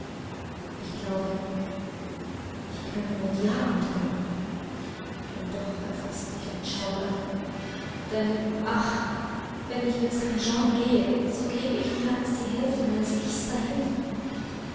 ich glaube ich kann nur mit ja antworten und doch erfaßt mich ein schauder denn ach wenn ich mit st john gehe so gebe ich mehr als die hälfte meines ichs dahin